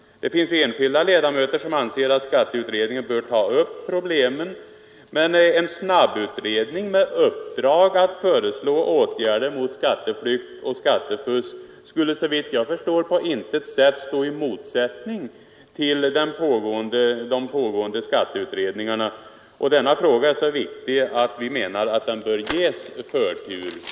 Det finns enskilda ledamöter som anser att skatteutredningen bör ta upp problemen, men en snabbutredning med uppdrag att föreslå åtgärder mot skatteflykt och skattefusk skulle såvitt jag förstår på intet sätt stå i motsättning till de pågående skatteutredningarna. Denna fråga är så viktig att vi menar att den bör ges förtur.